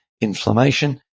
inflammation